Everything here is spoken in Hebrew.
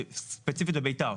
ספציפית בביתר,